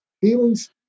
feelings